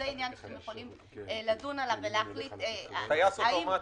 זה עניין שאתם יכולים לדון עליו ולהחליט האם --- טייס אוטומטי.